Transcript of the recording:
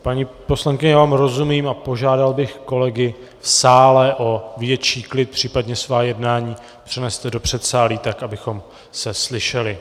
Paní poslankyně, já vám rozumím a požádal bych kolegy v sále o větší klid, případně svá jednání přeneste do předsálí tak, abychom se slyšeli.